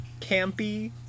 campy